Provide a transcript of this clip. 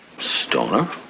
Stoner